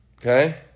okay